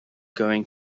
going